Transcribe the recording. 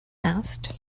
asked